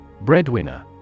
Breadwinner